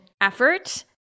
effort